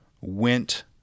went